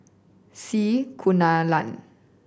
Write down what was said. C Kunalan